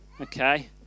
okay